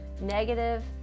negative